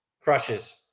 crushes